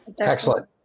Excellent